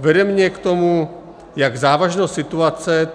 Vede mě k tomu jak závažnost situace,